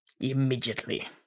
Immediately